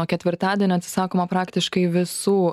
nuo ketvirtadienio atsisakoma praktiškai visų